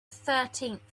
thirteenth